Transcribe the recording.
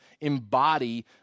embody